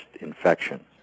infection